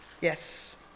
Yes